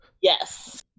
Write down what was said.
Yes